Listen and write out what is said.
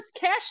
cash